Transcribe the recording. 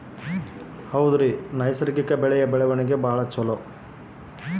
ನೈಸರ್ಗಿಕ ಬೆಳೆಯ ಬೆಳವಣಿಗೆ ಚೊಲೊ ಏನ್ರಿ?